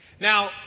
Now